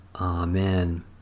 Amen